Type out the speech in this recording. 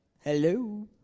hello